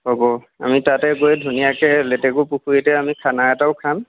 হ'ব আমি তাতে গৈ ধুনীয়াকে লেটেকু পুখুৰীতে আমি খানা এটাও খাম